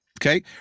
Okay